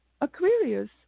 Aquarius